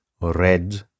red